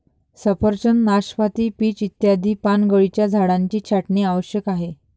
सफरचंद, नाशपाती, पीच इत्यादी पानगळीच्या झाडांची छाटणी आवश्यक आहे